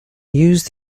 used